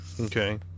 okay